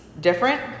different